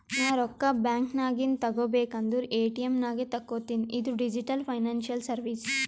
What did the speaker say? ನಾ ರೊಕ್ಕಾ ಬ್ಯಾಂಕ್ ನಾಗಿಂದ್ ತಗೋಬೇಕ ಅಂದುರ್ ಎ.ಟಿ.ಎಮ್ ನಾಗೆ ತಕ್ಕೋತಿನಿ ಇದು ಡಿಜಿಟಲ್ ಫೈನಾನ್ಸಿಯಲ್ ಸರ್ವೀಸ್